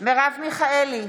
מרב מיכאלי,